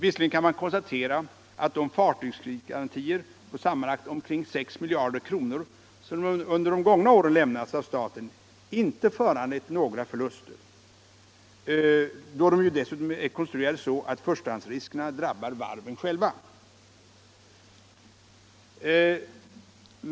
Visserligen kan man konstatera att de fartygskreditgarantier på sammanlagt omkring 6 miljarder kr., som under de gångna åren lämnats av staten, inte föranlett några förluster, då de ju dessutom är konstruerade så att förstahandsriskerna drabbar varven själva.